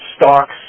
stocks